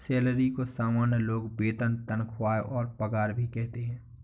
salary को सामान्य लोग वेतन तनख्वाह और पगार भी कहते है